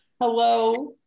hello